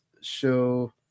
show